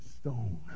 stone